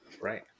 Right